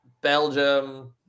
Belgium